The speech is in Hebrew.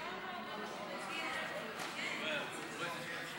כבוד היושב-ראש,